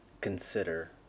consider